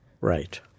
Right